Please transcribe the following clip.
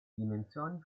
dimensioni